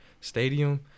stadium